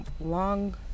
long